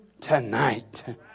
tonight